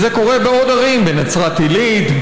וזה קורה בעוד ערים: בנצרת עילית,